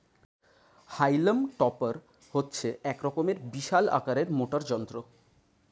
হাইলাম টপার হচ্ছে এক রকমের বিশাল আকারের মোটর যন্ত্র